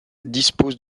dispose